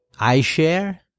iShare